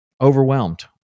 overwhelmed